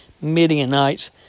Midianites